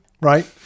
right